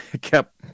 kept